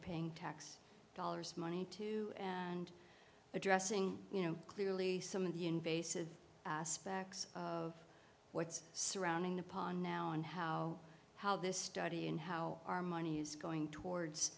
paying tax dollars money to and addressing you know clearly some of the invasive aspects of what's surrounding upon now and how how this study and how our money is going